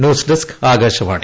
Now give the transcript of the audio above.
news desk Akashvani